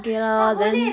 okay lor then